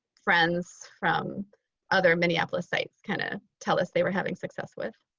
friends from other minneapolis sites kind of tell us they were having success with.